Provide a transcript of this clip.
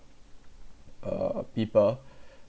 uh people